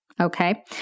Okay